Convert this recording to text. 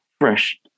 Fresh